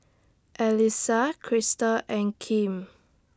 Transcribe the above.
Elissa Krystal and Kim